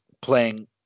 playing